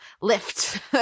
lift